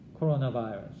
coronavirus